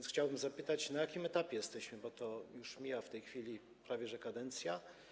Chciałbym więc zapytać, na jakim etapie jesteśmy, bo już mija w tej chwili prawie że kadencja.